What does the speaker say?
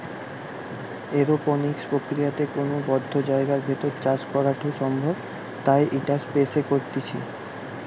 aeroponics প্রক্রিয়াতে কোনো বদ্ধ জায়গার ভেতর চাষ করাঢু সম্ভব তাই ইটা স্পেস এ করতিছে